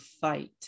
fight